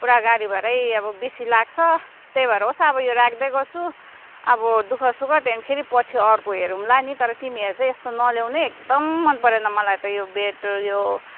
पुरा गाडी भाडै अब बेसी लाग्छ त्यही भएर होस् अब यो राख्दै गर्छु अब दुःखसुख त्यहाँदेखि फेरि पछि अर्को हेरौँला नि तर तिमीहरू चाहिँ यस्तो नल्याउनु है एकदम मनपरेन मलाई त यो बेड त यो